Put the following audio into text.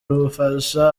rufasha